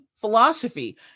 philosophy